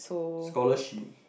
scholarship